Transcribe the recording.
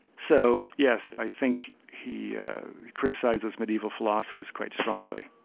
so yes, i think he criticises mediaeval philosophers quite strongly.